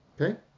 okay